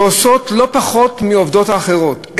שעושות לא פחות מהעובדות האחרות,